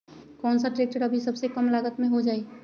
कौन सा ट्रैक्टर अभी सबसे कम लागत में हो जाइ?